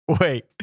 wait